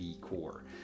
Core